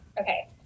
okay